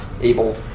able